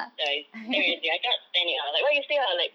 ya it's damn irritating I cannot stand it ah like what you say ah